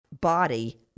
body